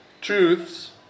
truths